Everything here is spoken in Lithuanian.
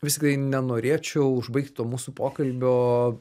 vis tiktai nenorėčiau užbaigti to mūsų pokalbio